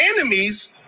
enemies